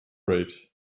rate